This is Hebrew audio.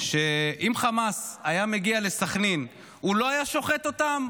שאם חמאס היה מגיע לסח'נין, הוא לא היה שוחט אותם?